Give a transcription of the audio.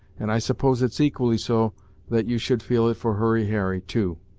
and i suppose it's equally so that you should feel it for hurry harry, too.